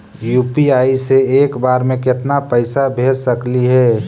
UPI से एक बार मे केतना पैसा भेज सकली हे?